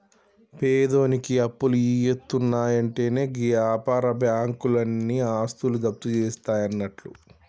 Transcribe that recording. పేదోనికి అప్పులిత్తున్నయంటెనే గీ వ్యాపార బాకుంలు ఆని ఆస్తులు జప్తుజేస్తయన్నట్లు